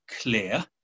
clear